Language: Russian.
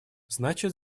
значит